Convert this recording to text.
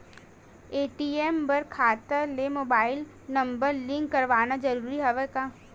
ATM बर खाता ले मुबाइल नम्बर लिंक करवाना ज़रूरी हवय का?